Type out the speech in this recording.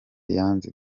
yanze